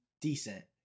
decent